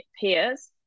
peers